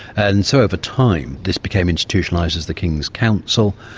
and so over time, this became institutionalised as the king's council,